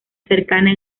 cercana